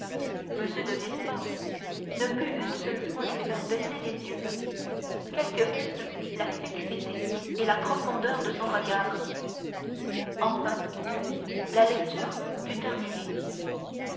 m de villefort ne put une seule fois lui faire baisser les yeux quelles que fussent la fixité et la profondeur de son regard enfin la lecture fut terminée